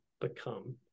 become